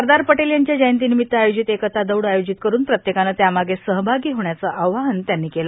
सरदार पटेल यांच्या जयंती र्नामत्त आयोजित एकता दौड आयोजित करून प्रत्येकाने त्यामधे सहभागी होण्याचे आवाहन त्यांनी केले